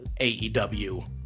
AEW